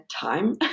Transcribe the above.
time